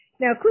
Now